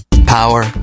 Power